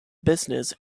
business